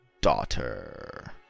daughter